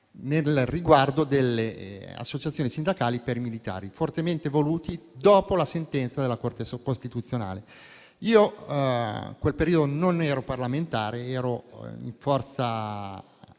con riguardo alle associazioni sindacali per i militari, fortemente volute dopo la sentenza della Corte costituzionale. In quel periodo io non ero parlamentare, ero in forza